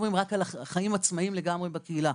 חיים עצמאיים לגמרי בקהילה.